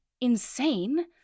insane